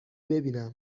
ببینم